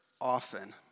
often